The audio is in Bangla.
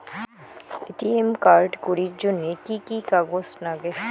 এ.টি.এম কার্ড করির জন্যে কি কি কাগজ নাগে?